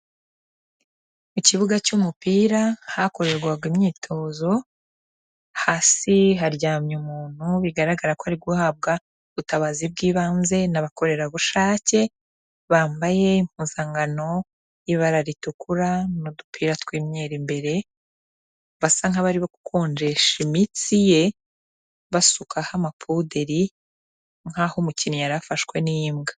Mu kibuga cy'umupira ahakorerwaga imyitozo hasi haryamye umuntu bigaragara ko ari guhabwa ubutabazi bw'ibanze n'abakorerabushake, bambaye impuzankano y'ibara ritukura n'udupira tw'imyeru imbere, basa nk'abari gukonjesha imitsi ye basukaho amapuderi nkaho umukinnyi yari afashwe n'imbwa.